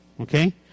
Okay